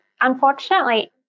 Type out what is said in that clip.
unfortunately